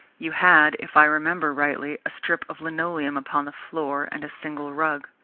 you had, if i remember rightly, a strip of linoleum upon the floor, and a single rug.